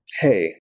Hey